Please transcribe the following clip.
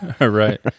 Right